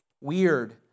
weird